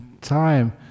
time